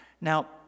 Now